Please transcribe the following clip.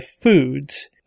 foods